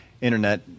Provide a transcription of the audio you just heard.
internet